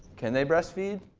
can they breast feed?